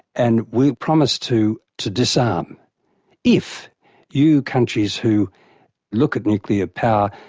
and we promise to to disarm if you countries who look at nuclear power,